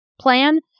plan